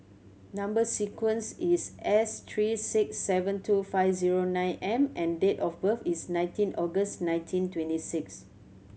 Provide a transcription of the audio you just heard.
number sequence is S three six seven two five zero nine M and date of birth is nineteen August nineteen twenty six